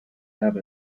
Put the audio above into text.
have